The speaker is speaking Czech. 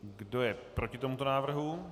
Kdo je proti tomuto návrhu?